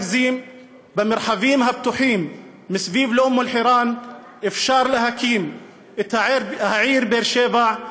במרחבים הפתוחים מסביב לאום אל-חיראן אפשר להקים את העיר באר שבע,